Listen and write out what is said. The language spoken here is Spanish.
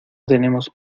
tenemos